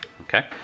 Okay